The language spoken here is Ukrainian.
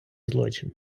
злочин